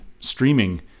streaming